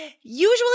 usually